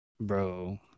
Bro